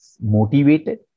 motivated